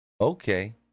Okay